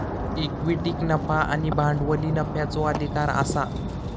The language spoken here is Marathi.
इक्विटीक नफा आणि भांडवली नफ्याचो अधिकार आसा